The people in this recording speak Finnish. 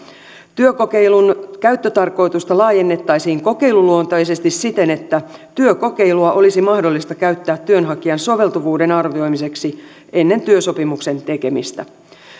työkokeilun käyttötarkoitusta laajennettaisiin kokeiluluonteisesti siten että työkokeilua olisi mahdollista käyttää työnhakijan soveltuvuuden arvioimiseksi ennen työsopimuksen tekemistä